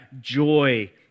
joy